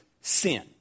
sin